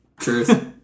Truth